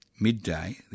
midday